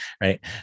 right